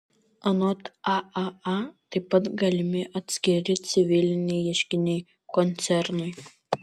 anot aaa taip pat galimi atskiri civiliniai ieškiniai koncernui